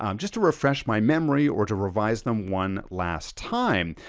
um just to refresh my memory or to revise them one last time?